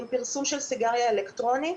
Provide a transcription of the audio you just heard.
עם פרסום של סיגריה אלקטרונית.